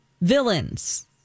villains